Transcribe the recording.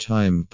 Time